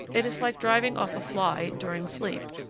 it is like driving off a fly during sleep,